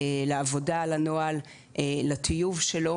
לעבודה ולטיוב של הנוהל,